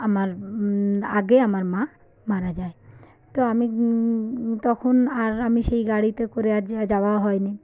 আমার আগে আমার মা মারা যায় তো আমি তখন আর আমি সেই গাড়িতে করে আর যাওয়া হয়নি